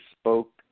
spoke